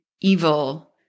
evil